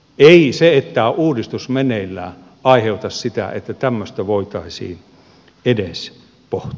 ei se että on uudistus meneillään aiheuta sitä että tämmöistä voitaisiin edes pohtia